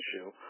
issue